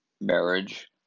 marriage